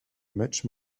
much